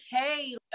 okay